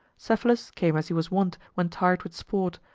cephalus came as he was wont when tired with sport,